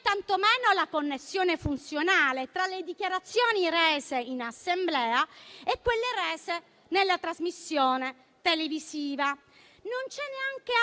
tantomeno connessione funzionale, tra le dichiarazioni rese in Assemblea e quelle rese nella trasmissione televisiva. Non ci sono neanche